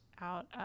out